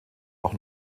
auch